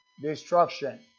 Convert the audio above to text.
destruction